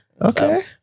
Okay